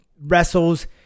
wrestles